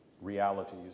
realities